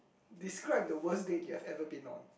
describe the worst you have ever been on